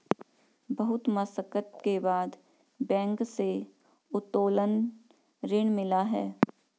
बहुत मशक्कत के बाद बैंक से उत्तोलन ऋण मिला है